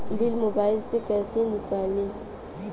Bill mobile से कईसे निकाली?